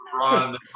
LeBron